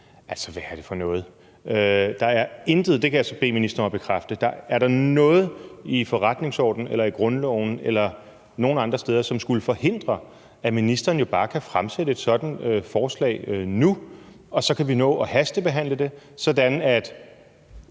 Altså, hvad er det for noget? Jeg vil bede ministeren bekræfte, at der ikke er noget i forretningsordenen eller grundloven eller nogen andre steder, som skulle forhindre, at ministeren jo bare kan fremsætte et sådant forslag nu, og så kan vi nå at hastebehandle det, sådan at